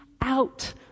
out